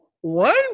one